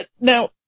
now